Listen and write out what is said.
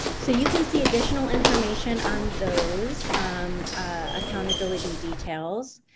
so, you can see additional information on those accountability details.